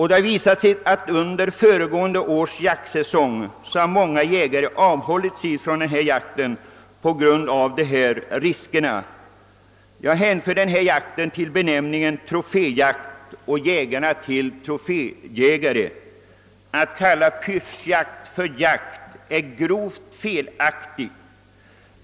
Det har visat sig under föregående års jaktsäsong att flera jägare avhållit sig från jakten på grund av dessa risker. Jag anser att det här rör sig om en troféjakt och att jägarna är troféjägare. Att kalla pyrschjakt för jakt är grovt felaktigt.